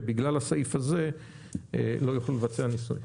ובגלל הסעיף הזה לא יוכלו לבצע ניסויים?